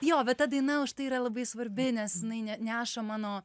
jo va ta daina užtai yra labai svarbi nes jinai ne neša mano